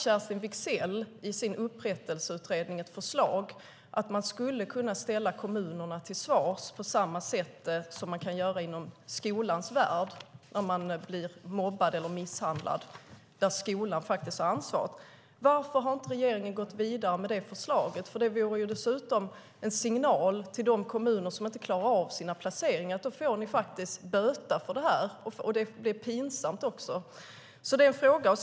Kerstin Wigzell hade i sin upprättelseutredning ett förslag att man skulle kunna ställa kommunerna till svars på samma sätt som man kan göra inom skolans värld när barn blir mobbade eller misshandlade, där skolan faktiskt har ansvaret. Varför har regeringen inte gått vidare med det förslaget? Det vore dessutom en signal till de kommuner som inte klarar av sina placeringar om de fick böta för det. Det är också pinsamt för dem.